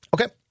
Okay